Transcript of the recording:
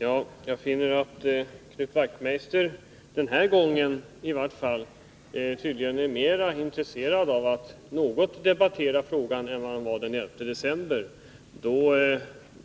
Herr talman! Jag finner att Knut Wachtmeister i varje fall den här gången tycks vara mera intresserad av att något debattera frågan än vad han var den 11 december. Då